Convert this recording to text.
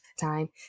time